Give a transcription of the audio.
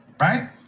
right